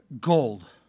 gold